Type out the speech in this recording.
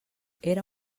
era